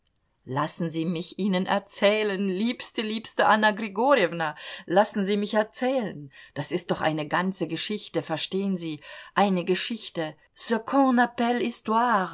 lassen sie mich ihnen erzählen liebste liebste anna grigorjewna lassen sie mich erzählen das ist doch eine ganze geschichte verstehen sie eine geschichte